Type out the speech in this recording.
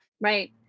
Right